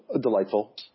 Delightful